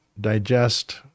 digest